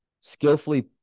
skillfully